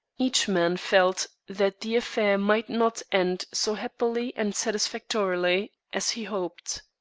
each man felt that the affair might not end so happily and satisfactorily as he hoped.